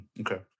Okay